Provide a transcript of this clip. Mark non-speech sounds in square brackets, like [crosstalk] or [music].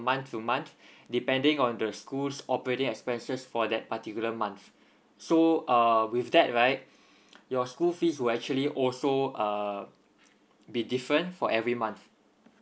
month to month [breath] depending on the schools operating expenses for that particular month so uh with that right your school fees will actually also uh be different for every month